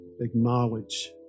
acknowledge